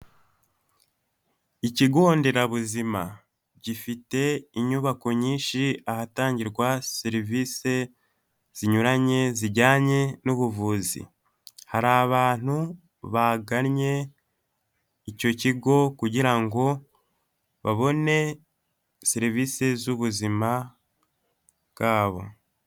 Ikigo nderabuzima gifite inyubako nyinshi, ahatangirwa serivisi zinyuranye zijyanye n'ubuvuzi, hari abantu baganye icyo kigo kugira ngo babone serivisi z'ubuzima bwabo.